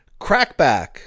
Crackback